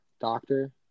doctor